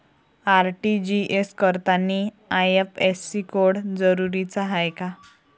RTGS करतांनी IFSC code जरुरीचा हाय का?